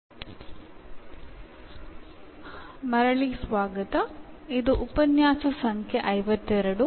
ഒരിക്കൽ കൂടി എല്ലാവർക്കും സ്വാഗതം ഇത് അമ്പത്തിരണ്ടാം നമ്പർ ലക്ച്ചർ ആണ്